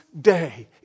day